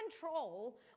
control